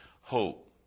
hope